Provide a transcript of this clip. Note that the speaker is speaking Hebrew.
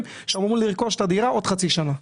שאמורים לרכוש את הדירה עוד חצי שנה,